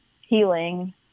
healing